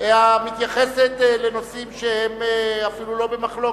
המתייחסת לנושאים שהם אפילו לא במחלוקת.